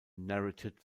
narrated